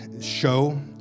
show